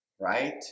right